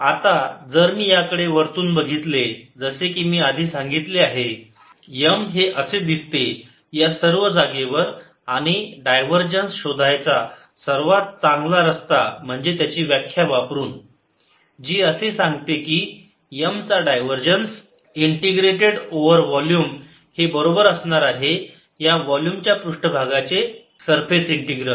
M आता जर मी याकडे वरून बघितले जसे की मी आधी सांगितले आहे M हे असे दिसते या सर्व जागेवर आणि डायव्हरजन्स शोधायचा सर्वात चांगला रस्ता म्हणजे त्याची व्याख्या वापरून जी असे सांगते की M चा डायव्हरजन्स इंटिग्रेटेड ओवर वोल्युम हे बरोबर असणार आहे या वोल्युम च्या पृष्ठभागाचे सरफेस इंटिग्रल